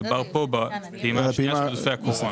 מדובר כאן בפעימה השנייה של עודפי הקורונה.